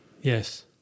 Yes